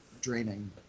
draining